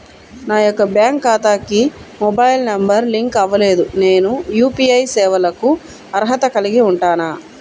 నా యొక్క బ్యాంక్ ఖాతాకి మొబైల్ నంబర్ లింక్ అవ్వలేదు నేను యూ.పీ.ఐ సేవలకు అర్హత కలిగి ఉంటానా?